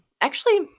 actually-